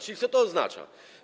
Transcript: Czyli co to oznacza?